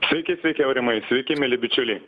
sveiki sveiki aurimai sveiki mieli bičiuliai